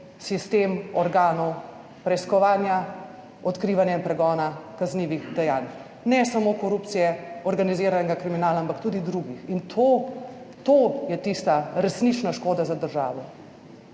sistem organov preiskovanja, odkrivanja in pregona kaznivih dejanj, ne samo korupcije, organiziranega kriminala, ampak tudi drugih. In to, to je tista resnična škoda za državo.